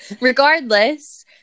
regardless